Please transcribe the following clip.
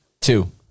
Two